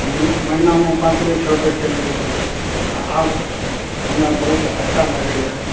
महिना महिनामे पाँच बेर छओ बेर चलि गेलहुँ तऽ आब हमरा बहुत अच्छा लागैए